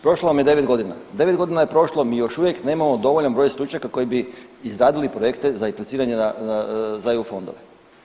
Prošlo vam je 9 godina, 9 godina je prošlo mi još uvijek nemamo dovoljan broj stručnjaka koji bi izradili projekte za impliciranje za EU fondove.